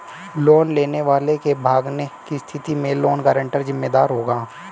loan लेने वाले के भागने की स्थिति में लोन गारंटर जिम्मेदार होगा